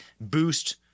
boost